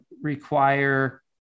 require